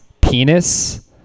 penis